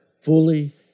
fully